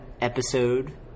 episode